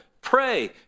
Pray